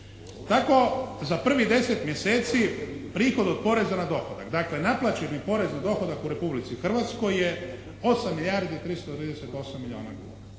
Tako za prvih 10 mjeseci prihod od poreza na dohodak, dakle naplaćeni porez na dohodak u Republici Hrvatskoj je 8 milijardi 338 milijuna kuna.